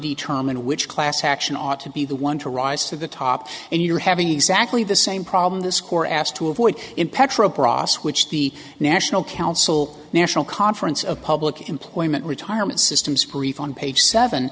determine which class action ought to be the one to rise to the top and you're having exactly the same problem the score asked to avoid in petro process which the national council national conference of public employment retirement systems prefer on page seven